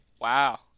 Wow